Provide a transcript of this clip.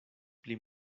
pli